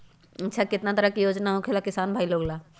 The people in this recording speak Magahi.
अच्छा कितना तरह के योजना होखेला किसान भाई लोग ला?